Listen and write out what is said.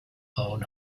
own